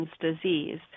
disease